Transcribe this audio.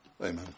Amen